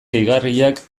gehigarriak